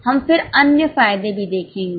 हम फिर अन्य फायदे भी देखेंगे